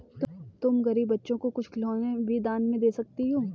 तुम गरीब बच्चों को कुछ खिलौने भी दान में दे सकती हो